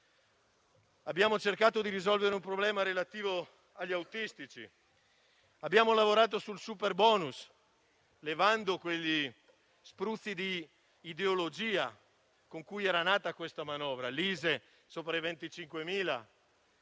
Abbiamo cercato di risolvere il problema relativo agli autistici e lavorato sul superbonus, eliminando quelli spruzzi di ideologia con cui era nata questa manovra. Penso all'ISEE sopra i 25.000